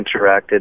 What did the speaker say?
interacted